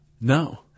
No